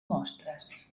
mostres